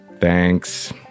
thanks